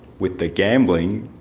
with the gambling,